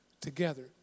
together